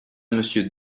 monsieur